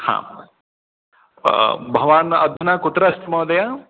भवान् अधुना कुत्र अस्ति महोदय